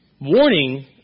Warning